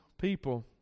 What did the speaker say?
people